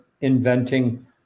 inventing